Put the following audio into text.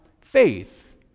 faith